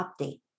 update